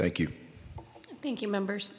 thank you thank you members